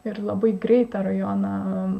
ir labai greitą rajoną